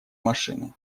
машины